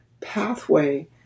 pathway